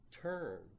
turn